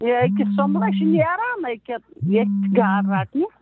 یہِ أکیاہ سُمبلہٕ چھِ نیران أکیٛاہ ییٚتھۍ گاڈٕ رَٹنہِ